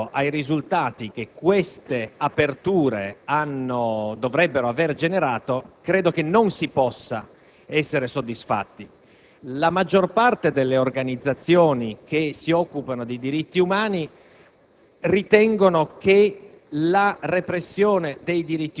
Pechino. Valutando i risultati che queste aperture dovrebbero avere generato, credo non si possa essere soddisfatti. La maggior parte delle organizzazioni che si occupano di diritti umani